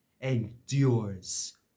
endures